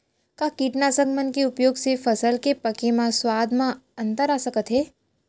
का कीटनाशक मन के उपयोग से फसल के पके म स्वाद म अंतर आप सकत हे?